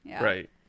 right